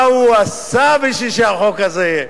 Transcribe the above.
מה הוא עשה בשביל שהחוק הזה יהיה.